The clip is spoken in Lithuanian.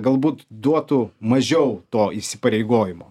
galbūt duotų mažiau to įsipareigojimo